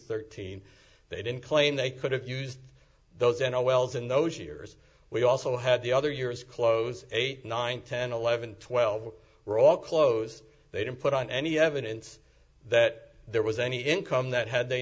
thirteen they didn't claim they could have used those in all wells in those years we also had the other years close eight nine ten eleven twelve were all closed they didn't put on any evidence that there was any income that had they